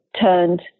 turned